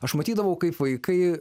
aš matydavau kaip vaikai